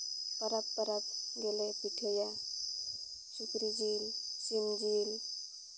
ᱯᱚᱨᱚᱵᱽ ᱯᱚᱨᱚᱵᱽ ᱜᱮᱞᱮ ᱯᱤᱴᱷᱟᱹᱭᱟ ᱥᱩᱠᱨᱤ ᱡᱤᱞ ᱥᱤᱢ ᱡᱤᱞ